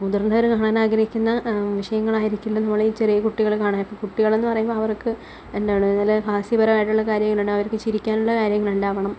മുതിര്ന്നവർ കാണാന് ആഗ്രഹിക്കുന്ന വിഷയങ്ങളായിരിക്കില്ല വളരെ ചെറിയ കുട്ടികള് കാണാന് കുട്ടികളെന്ന് പറയുമ്പോൾ അവര്ക്ക് എന്താണ് നല്ല ഹാസ്യപരമായിട്ടുള്ള കാര്യങ്ങളുണ്ടാവണം അവര്ക്ക് ചിരിക്കാനുള്ള കാര്യങ്ങള് ഉണ്ടാവണം